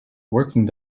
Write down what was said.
working